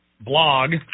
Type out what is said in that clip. blog